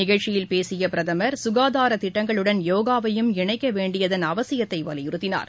நிகழ்ச்சியில் பேசியபிரதமர் சுகாதாரத் திட்டங்களுடன் யோகாவையும் இணைக்கவேண்டியதன் அவசியத்தைவலியுறுத்தினார்